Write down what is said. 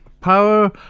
Power